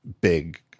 big